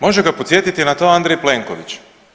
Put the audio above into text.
Može ga podsjetiti na to Andrej Plenković.